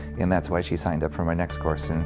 and that's why she signed up for my next course. and